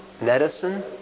medicine